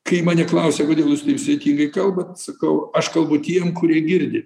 kai mane klausia kodėl jūs taip sudėtingai kalbat sakau aš kalbu tiem kurie girdi